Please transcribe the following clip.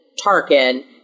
Tarkin